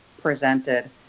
presented